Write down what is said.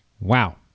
Wow